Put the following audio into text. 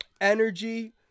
Energy